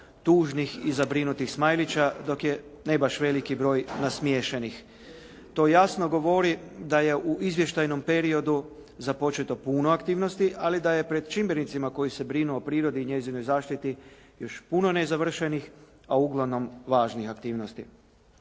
tužnih i zabrinutih smajlića dok je ne baš veliki broj nasmiješenih. To jasno govori da je u izvještajnom periodu započeto puno aktivnosti, ali da je pred čimbenicima koji se brinu o prirodi i njezinoj zaštiti još puno nezavršenih, a uglavnom važnih aktivnosti.